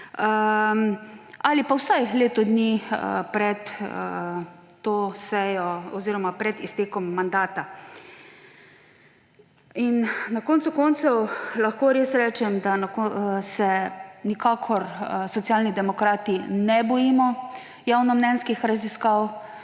ali pa vsaj leto dni pred to sejo oziroma pred iztekom mandata. Na koncu koncev lahko res rečem, da se Socialni demokrati nikakor ne bojimo javnomnenjskih raziskav.